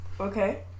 Okay